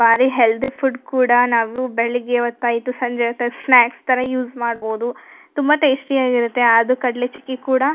ಭಾರಿ healthy food ಕೂಡ ನಾವು ಬೆಳಗ್ಗೆ ಹೊತ್ತಾಯ್ತು ಸಂಜೆ ಹೊತ್ತಾಯ್ತು ಸ್ನಾಕ್ಸ್ ಥರ ಯೂಸ್ ಮಾಡ್ಬೋದು ತುಂಬಾ ಟೇಸ್ಟಿಯಾಗಿರುತ್ತೆ ಅದು ಕಡಲೆ ಚಿಕ್ಕಿ ಕೂಡಾ